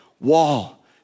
wall